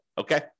Okay